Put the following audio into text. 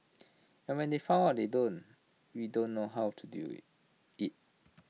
and when we found out they don't we don't know how to deal with IT